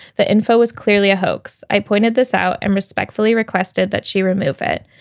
the info was clearly a hoax. i pointed this out and respectfully requested that she remove it.